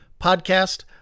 podcast